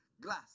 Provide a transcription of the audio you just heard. glass